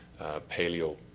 Paleo